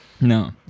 No